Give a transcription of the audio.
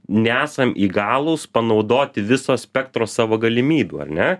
nesam įgalūs panaudoti viso spektro savo galimybių ar ne